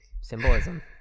symbolism